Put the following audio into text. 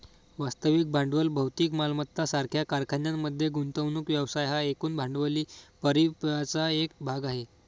वास्तविक भांडवल भौतिक मालमत्ता सारख्या कारखान्यांमध्ये गुंतवणूक व्यवसाय हा एकूण भांडवली परिव्ययाचा एक भाग आहे